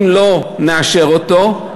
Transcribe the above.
אם לא נאשר אותו,